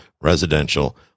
residential